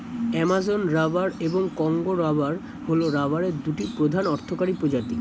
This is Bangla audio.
অ্যামাজন রাবার এবং কঙ্গো রাবার হল রাবারের দুটি প্রধান অর্থকরী প্রজাতি